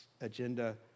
agenda